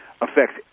affects